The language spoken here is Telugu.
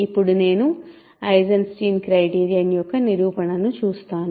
ఇప్పుడు నేను ఐసెన్స్టీన్ క్రైటీరియన్ యొక్క నిరూపణను చూస్తాను